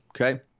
Okay